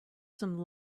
some